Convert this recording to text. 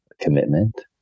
commitment